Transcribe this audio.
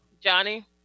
Johnny